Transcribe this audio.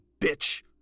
bitch